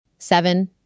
Seven